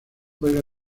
juega